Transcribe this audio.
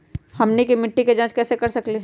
हमनी के मिट्टी के जाँच कैसे कर सकीले है?